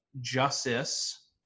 justice